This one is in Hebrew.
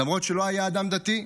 למרות שהוא לא היה אדם דתי,